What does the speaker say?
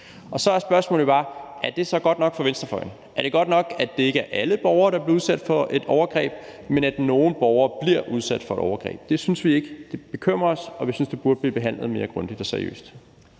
Og så er spørgsmålet bare, om det er godt nok for venstrefløjen. Er det godt nok, at det ikke er alle borgere, der bliver udsat for et overgreb, men at nogle borgere bliver udsat for et overgreb? Det synes vi ikke. Det bekymrer os, og vi synes, at det burde blive behandlet mere grundigt og seriøst.